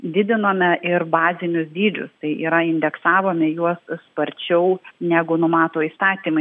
didinome ir bazinius dydžius tai yra indeksavome juos sparčiau negu numato įstatymai